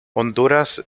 honduras